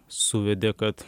suvedė kad